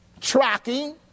tracking